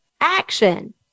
action